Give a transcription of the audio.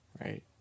Right